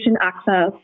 access